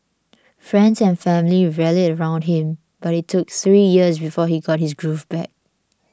friends and family rallied around him but it took three years before he got his groove back